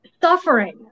suffering